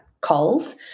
calls